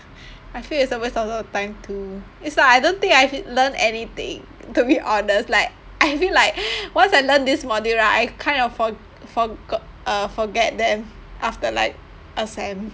I feel it's a waste of a lot of time too it's like I don't think I've learnt anything to be honest like I mean like once I learn this module right I kind of for~ forgo~ uh forget them after like a sem